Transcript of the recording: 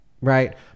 Right